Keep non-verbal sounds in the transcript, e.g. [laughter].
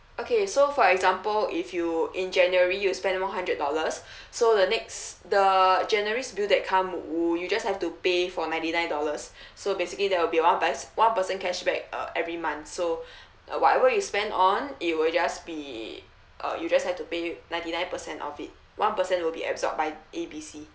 okay so for example if you in january you spend one hundred dollars [breath] so the next the january's bill that come you just have to pay for ninety nine dollars [breath] so basically there will be one per one percent cashback uh every month so [breath] uh whatever you spend on it will just be uh you just have to pay ninety nine percent of it one percent will be absorb by A B C